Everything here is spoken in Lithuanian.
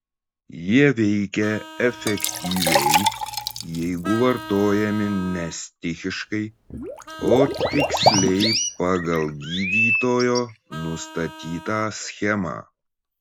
jie veikia efektyviai jeigu vartojami ne stichiškai o tiksliai pagal gydytojo nustatytą schemą